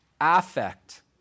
affect